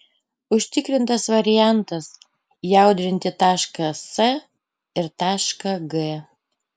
užtikrintas variantas jaudrinti tašką s ir tašką g